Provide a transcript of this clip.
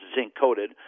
zinc-coated